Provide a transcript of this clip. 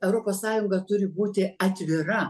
europos sąjunga turi būti atvira